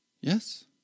Yes